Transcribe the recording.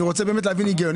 אני רוצה באמת להבין היגיון,